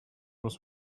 was